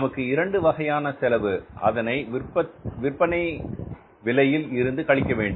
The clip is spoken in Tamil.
நமக்கு இரண்டு வகையான செலவு அதனை விற்பனை விலையில் இருந்து கழிக்க வேண்டும்